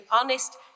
honest